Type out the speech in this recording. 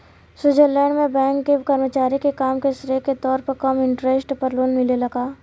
Switzerland में bank के कर्मचारी के काम के श्रेय के तौर पर कम इंटरेस्ट पर लोन मिलेला का?